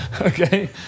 Okay